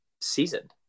seasoned